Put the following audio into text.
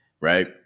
right